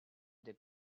they